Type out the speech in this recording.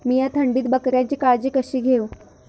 मीया थंडीत बकऱ्यांची काळजी कशी घेव?